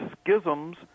schisms